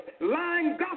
lying